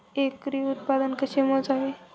एकरी उत्पादन कसे मोजावे?